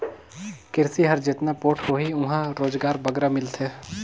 किरसी हर जेतना पोठ होही उहां रोजगार बगरा मिलथे